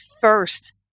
first